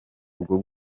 ubwo